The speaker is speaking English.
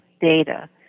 data